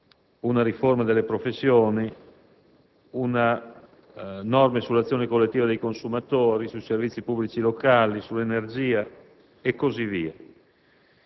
Autorità e delle professioni, di norme sull'azione collettiva dei consumatori, sui servizi pubblici locali, sull'energia e così via.